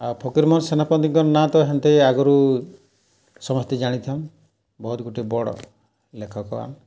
ଆଉ ଫକୀର୍ମୋହନ୍ ସେନାପତିଙ୍କର୍ ନାଁ ତ ହେନ୍ତେହି ଆଗ୍ରୁ ସମସ୍ତେ ଜାଣିଥାନ୍ ବହୁତ୍ ଗୁଟେ ବଡ଼୍ ଲେଖକ ଆନ୍